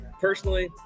Personally